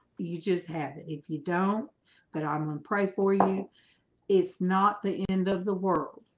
you just have it if you don't but i'm gonna pray for you it's not the end of the world